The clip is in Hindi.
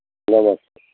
नमस्ते